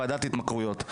לוועדת התמכרויות,